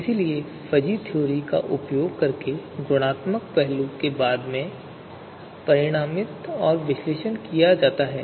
इसलिए fuzzy theory का उपयोग करके गुणात्मक पहलू को बाद में परिमाणित और विश्लेषण किया जा सकता है